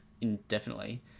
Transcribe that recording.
indefinitely